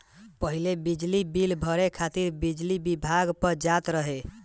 पहिले बिजली बिल भरे खातिर बिजली विभाग पअ जात रहे